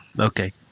Okay